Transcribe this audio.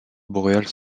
boréales